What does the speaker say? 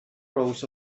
rows